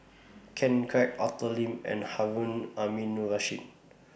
Ken Kwek Arthur Lim and Harun Aminurrashid